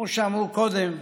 כמו שאמרו קודם,